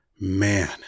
Man